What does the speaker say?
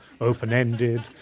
open-ended